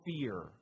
fear